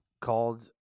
called